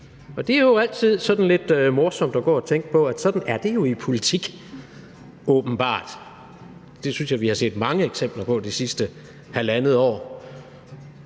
Det er jo altid sådan lidt morsomt at gå og tænke på, at sådan er det i politik – åbenbart. Det synes jeg vi har set mange eksempler på det sidste halvandet år.